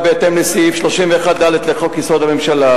בהתאם לסעיף 31(ד) לחוק-יסוד: הממשלה,